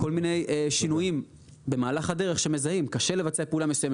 כל מיני שינויים במהלך הדרך שמזהים - קשה לבצע פעולה מסוימת,